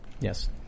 Yes